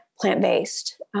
plant-based